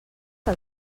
que